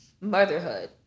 motherhood